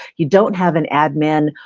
you don't have an admin.